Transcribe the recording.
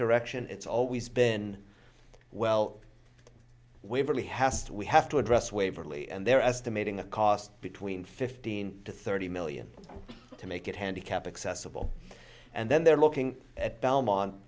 direction it's always been well we've really has to we have to address waverly and they're estimating a cost between fifteen to thirty million to make it handicapped accessible and then they're looking at belmont